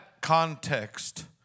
context